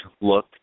look